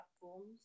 platforms